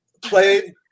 played